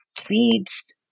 feeds